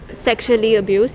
sexually abused